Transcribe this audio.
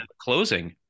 closing